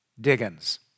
Diggins